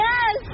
Yes